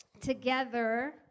together